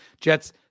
Jets